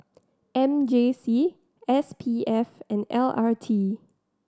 M J C S P F and L R T